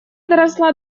доросла